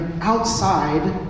Outside